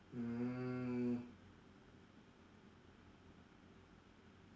mm